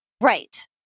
Right